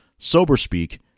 SoberSpeak